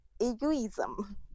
Egoism